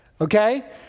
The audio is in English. okay